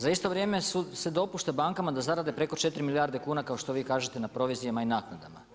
Za isto vrijeme se dopušta bankama da zarade preko 4 milijarde kuna kao što vi kažete na provizijama i naknadama.